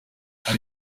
hari